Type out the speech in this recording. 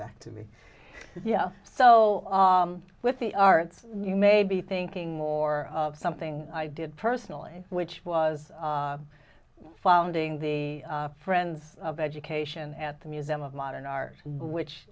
back to me yeah so with the arts you may be thinking more of something i did personally which was founding the friends of education at the museum of modern art which